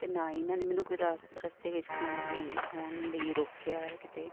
ਅਤੇ ਨਾ ਹੀ ਇਹਨਾਂ ਨੇ ਮੈਨੂੰ ਕੋਈ ਰਾਸ ਰਸਤੇ ਵਿੱਚ ਖਾਣਾ ਖਾਣ ਲਈ ਰੋਕਿਆ ਕਿਤੇ